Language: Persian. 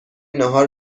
ناهار